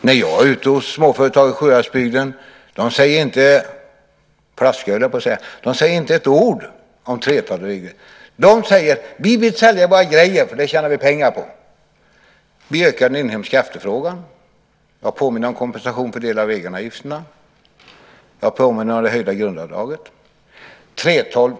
När jag är ute hos småföretag i Sjuhäradsbygden säger de inte - "flaska", höll jag på att säga - ett ord om 3:12-regler. De säger: Vi vill sälja våra grejer, för det tjänar vi pengar på. Vi ökar den inhemska efterfrågan. Jag påminner om kompensationen för delar av egenavgifterna. Jag påminner om det höjda grundavdraget.